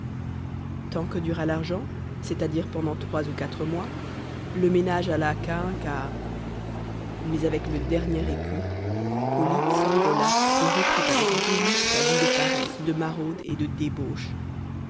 tant que dura l'argent c'est-à-dire pendant trois ou quatre mois le ménage alla cahin-caha mais avec le dernier écu polyte s'envola et reprit avec délices sa vie de paresse de maraude et de débauche